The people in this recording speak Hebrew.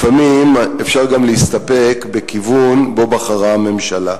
לפעמים אפשר גם להסתפק בכיוון שבו בחרה הממשלה.